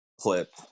clip